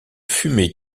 fumée